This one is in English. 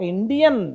Indian